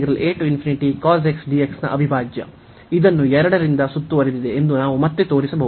ಮತ್ತು ಇದು cos x ನ ಅವಿಭಾಜ್ಯ ಇದನ್ನು 2 ರಿಂದ ಸುತ್ತುವರೆದಿದೆ ಎಂದು ನಾವು ಮತ್ತೆ ತೋರಿಸಬಹುದು